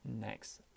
next